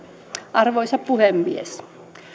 arvoisa puhemies